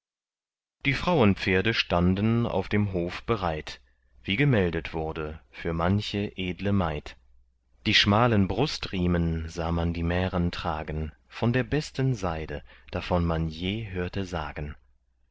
die frauenpferde standen auf dem hof bereit wie gemeldet wurde für manche edle maid die schmalen brustriemen sah man die mähren tragen von der besten seide davon man je hörte sagen